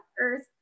earth